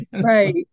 right